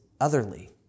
otherly